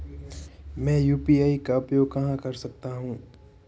मैं यू.पी.आई का उपयोग कहां कर सकता हूं?